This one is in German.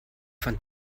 fand